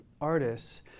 artists